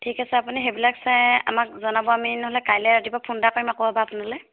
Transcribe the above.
ঠিক আছে আপুনি সেইবিলাক চাই আমাক জনাব আমি নহ'লে কাইলৈ ৰাতিপুৱা ফোন এটা কৰিম আকৌ এবাৰ আপোনালৈ